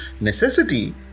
necessity